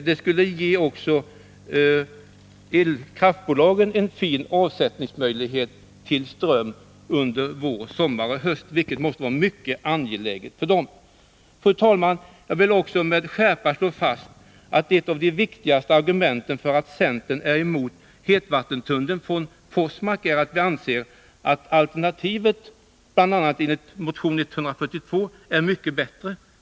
Det skulle även ge elkraftbolagen en fin möjlighet till avsättning av ström under vår, sommar och höst, något som måste vara mycket angeläget för dem. Fru talman! Jag vill också med skärpa slå fast att ett av de viktigaste Nr 51 argumenten för att centern är emot hetvattentunneln från Forsmark är att vi anser att alternativet som redovisas i motion 1980/81:142 är mycket bättre.